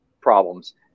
problems